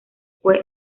fue